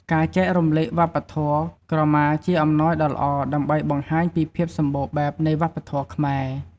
ការចែករំលែកវប្បធម៌ ក្រមាជាអំណោយដ៏ល្អដើម្បីបង្ហាញពីភាពសម្បូរបែបនៃវប្បធម៌ខ្មែរ។